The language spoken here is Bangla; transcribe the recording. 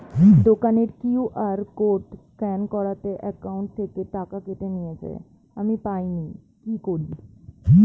দোকানের কিউ.আর কোড স্ক্যান করাতে অ্যাকাউন্ট থেকে টাকা কেটে নিয়েছে, আমি পাইনি কি করি?